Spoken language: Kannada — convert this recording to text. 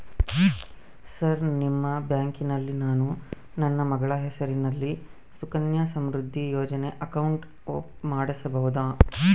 ಸರ್ ನಿಮ್ಮ ಬ್ಯಾಂಕಿನಲ್ಲಿ ನಾನು ನನ್ನ ಮಗಳ ಹೆಸರಲ್ಲಿ ಸುಕನ್ಯಾ ಸಮೃದ್ಧಿ ಯೋಜನೆ ಅಕೌಂಟ್ ಮಾಡಿಸಬಹುದಾ?